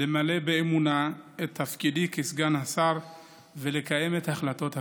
למלא באמונה את תפקידי כסגן שר ולקיים את החלטות הכנסת.